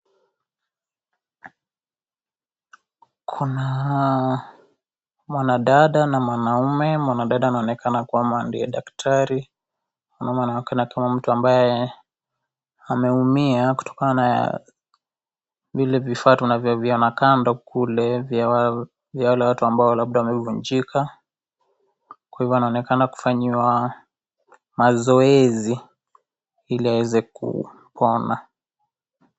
Kuna mwanadada na mwanaume, mwanadada anaonekana kwamba ndiye daktari, mwanaume anaonekana akiwa mtu ambaye ameumia kutokana na vile vifaa tunavyo viona kando kule vya wale watu ambao labda wamevunjika kwa hivyo anaonekana kufanyiwa mazoezi ili aweze kupona.